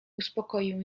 uspokoił